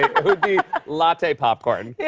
latte popcorn. yeah.